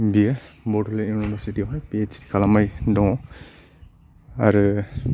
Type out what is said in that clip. बियो बद'लेन्ड इउनिभारसिटिआवहाय पिओइत्सडि खालामना दङ' आरो